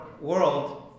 world